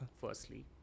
firstly